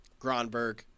Gronberg